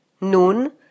nun